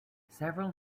several